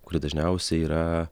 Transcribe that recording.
kuri dažniausiai yra